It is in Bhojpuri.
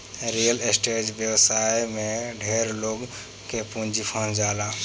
रियल एस्टेट व्यवसाय में ढेरे लोग के पूंजी फंस जाला